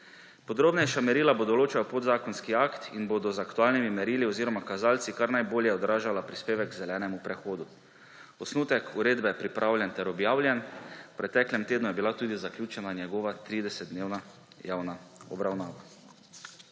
Podrobnejša merila bo določal podzakonski akt in bodo z aktualnimi merili oziroma kazalci kar najbolje odražala prispevek k zelenemu prehodu. Osnutek uredbe je pripravljen ter objavljen. V preteklem tednu je bila tudi zaključena njegova 30-dnevna javna obravnava.